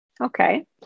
Okay